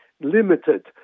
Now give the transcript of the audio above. limited